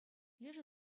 лешӗ